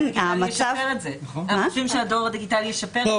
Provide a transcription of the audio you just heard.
הם חושבים שהדואר הדיגיטלי ישפר את זה.